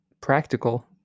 practical